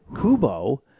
Kubo